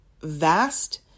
vast